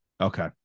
Okay